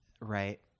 right